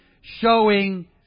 showing